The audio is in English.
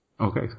Okay